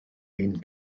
ein